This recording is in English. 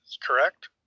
correct